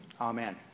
Amen